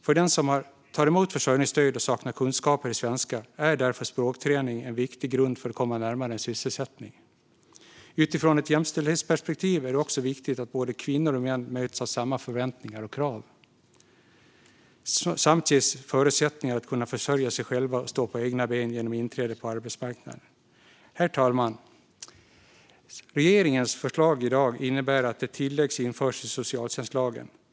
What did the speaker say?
För den som tar emot försörjningsstöd och saknar kunskaper i svenska är därför språkträning en viktig grund för att komma närmare en sysselsättning. Utifrån ett jämställdhetsperspektiv är det också viktigt att både kvinnor och män möts av samma förväntningar och krav samt ges rätt förutsättningar att kunna försörja sig själva och stå på egna ben genom inträde på arbetsmarknaden. Herr talman! Regeringens förslag i dag innebär att ett tillägg införs i socialtjänstlagen.